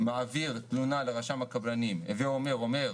מעביר תלונה לרשם הקבלנים ומנהל הבטיחות